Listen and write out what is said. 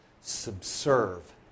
subserve